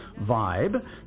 vibe